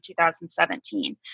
2017